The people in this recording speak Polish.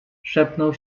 szepnął